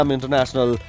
International